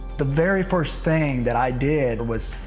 the very first thing that i did was